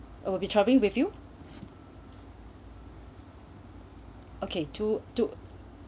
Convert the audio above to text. will be travelling with you okay two two